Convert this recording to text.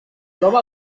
troba